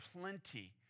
plenty